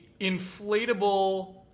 inflatable